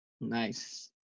Nice